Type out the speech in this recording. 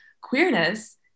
queerness